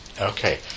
Okay